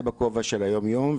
זה בכובע של היום-יום,